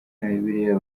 bibiliya